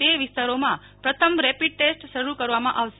તે વિસ્તારોમાં પ્રથમ રેપીડ ટેસ્ટ શરૂ કરવામાં આવશે